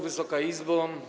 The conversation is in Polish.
Wysoka Izbo!